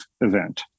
event